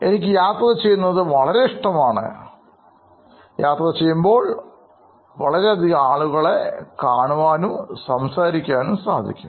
എനിക്ക് യാത്ര ചെയ്യുന്നത് വളരെ ഇഷ്ടമാണ് യാത്ര ചെയ്യുമ്പോൾ ആളുകളെ കാണുവാനും